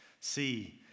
See